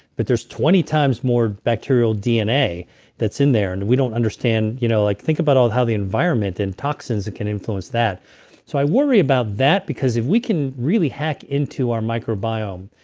but there's twenty times more bacterial dna that's in there. and we don't understand. you know like think about how the environment and toxins can influence that so i worry about that because if we can really hack into our microbiome.